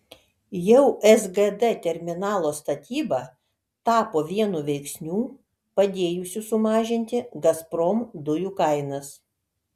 jau sgd terminalo statyba tapo vienu veiksnių padėjusių sumažinti gazprom dujų kainas